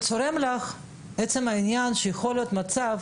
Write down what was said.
צורם לך עצם העניין שיכול להיות מצב